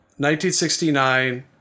1969